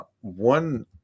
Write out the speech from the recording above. One